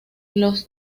los